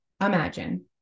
imagine